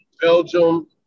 Belgium